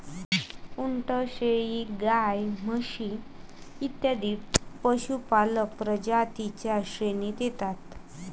उंट, शेळी, गाय, म्हशी इत्यादी पशुपालक प्रजातीं च्या श्रेणीत येतात